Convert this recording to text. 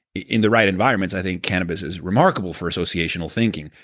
in the right environments, i think cannabis is remarkable for associational thinking,